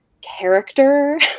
character